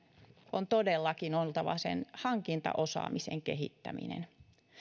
on todellakin oltava sen hankintaosaamisen kehittäminen